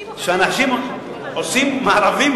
אנשים עושים מארבים,